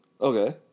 Okay